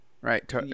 right